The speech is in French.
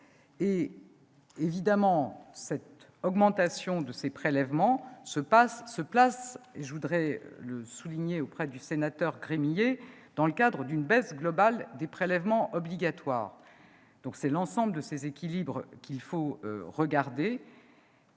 Évidemment, l'augmentation de ces prélèvements se place, je voudrais le souligner auprès du sénateur Gremillet, dans le cadre d'une baisse globale des prélèvements obligatoires. C'est donc l'ensemble de ces équilibres qu'il faut regarder,